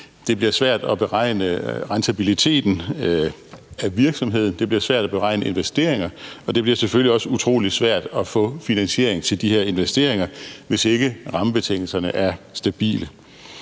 Det bliver svært at beregne rentabiliteten af virksomheden, det bliver svært at beregne investeringer, og det bliver selvfølgelig også utrolig svært at få finansiering til de her investeringer, hvis ikke rammebetingelserne er stabile.